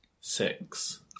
Six